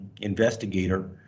investigator